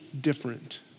different